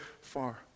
far